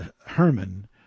Herman